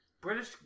British